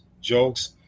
jokes